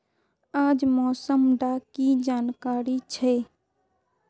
आज मौसम डा की जानकारी छै?